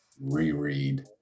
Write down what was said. reread